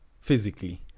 physically